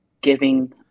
giving